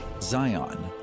Zion